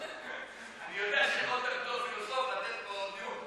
אני יודע שבתור פילוסוף יכולת לתת פה דיון,